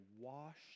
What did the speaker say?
washed